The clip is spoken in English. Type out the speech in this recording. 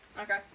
Okay